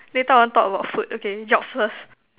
later I want talk about food okay jobs first